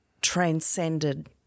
transcended